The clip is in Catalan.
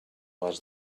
les